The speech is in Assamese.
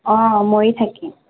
অঁ মৰি থাকে